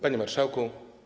Panie Marszałku!